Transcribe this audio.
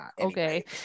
Okay